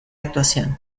actuación